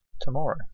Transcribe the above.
tomorrow